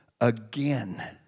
again